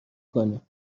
کنیم